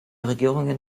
regierungen